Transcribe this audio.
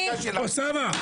אוסאמה.